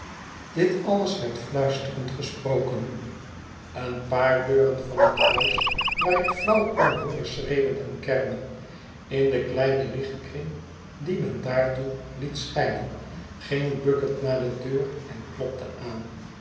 dit alles werd fluisterend gesproken een paar deuren van het huis waar ik flauw kon hooren schreeuwen en kermen in den kleinen lichtkring dien men daartoe liet schijnen ging bucket naar de deur en klopte aan